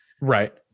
Right